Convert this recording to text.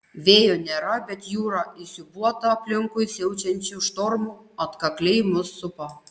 vėjo nėra bet jūra įsiūbuota aplinkui siaučiančių štormų atkakliai mus supa